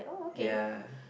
ya